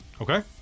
okay